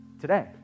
today